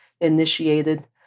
initiated